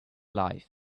life